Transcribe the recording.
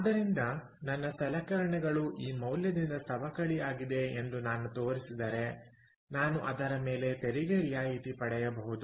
ಆದ್ದರಿಂದ ನನ್ನ ಸಲಕರಣೆಗಳು ಈ ಮೌಲ್ಯದಿಂದ ಸವಕಳಿ ಆಗಿದೆ ಎಂದು ನಾನು ತೋರಿಸಿದರೆ ನಾನು ಅದರ ಮೇಲೆ ತೆರಿಗೆ ರಿಯಾಯಿತಿ ಪಡೆಯಬಹುದು